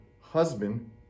husband